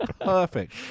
Perfect